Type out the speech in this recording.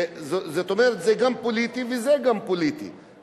זאת אומרת, זה גם פוליטי וזה גם פוליטי.